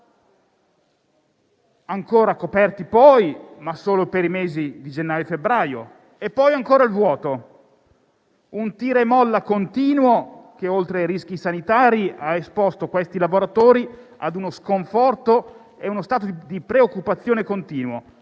Ancora coperti, ma solo per i mesi di gennaio e febbraio, e poi di nuovo il vuoto, in un tira e molla continuo che, oltre ai rischi sanitari, ha esposto questi lavoratori ad uno sconforto e ad uno stato di preoccupazione continuo,